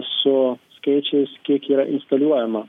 su skaičiais kiek yra instaliuojama